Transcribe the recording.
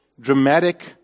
dramatic